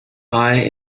eye